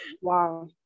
Wow